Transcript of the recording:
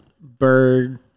bird